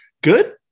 Good